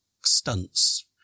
stunts